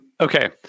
okay